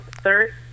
Third